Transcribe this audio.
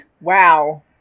Wow